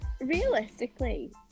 realistically